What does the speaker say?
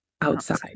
outside